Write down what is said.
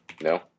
No